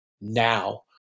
now